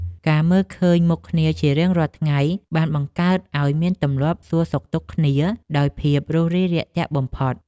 ការមើលឃើញមុខគ្នាជារៀងរាល់ថ្ងៃ បានបង្កើតឱ្យមានទម្លាប់សួរសុខទុក្ខគ្នាដោយភាពរួសរាយរាក់ទាក់បំផុត។